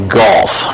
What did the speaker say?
golf